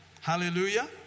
Hallelujah